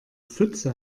pfütze